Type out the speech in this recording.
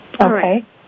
Okay